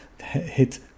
hit